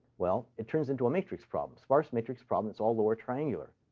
well, it turns into a matrix problem sparse matrix problem. it's all lower triangular.